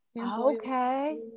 Okay